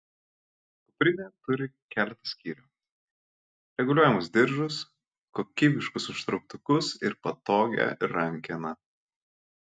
kuprinė turi keletą skyrių reguliuojamus diržus kokybiškus užtrauktukus ir patogią rankeną